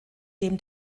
dem